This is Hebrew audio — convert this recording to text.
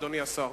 אדוני השר?